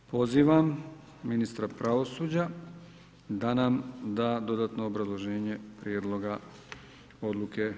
Pozivam ministra pravosuđa da nam da dodatno obrazloženje prijedloga Odluke.